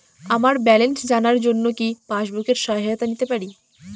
আমার ব্যালেন্স জানার জন্য কি পাসবুকের সহায়তা নিতে পারি?